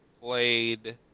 played